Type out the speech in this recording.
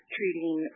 treating